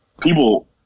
people